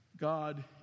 God